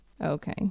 Okay